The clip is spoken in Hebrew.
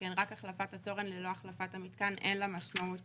שכן רק החלפת התורן ללא החלפת המתקן אין לה משמעות